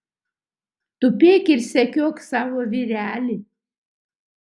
tupėk ir sekiok savo vyrelį